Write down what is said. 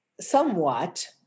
somewhat